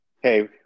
hey